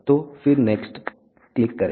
तो फिर next click करें